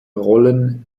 rollen